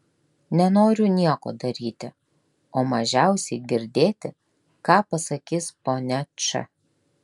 nenoriu nieko daryti o mažiausiai girdėti ką pasakys ponia č